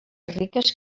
riques